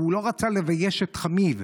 הוא לא רצה לבייש את חמיו,